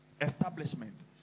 Establishment